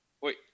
Wait